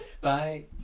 Bye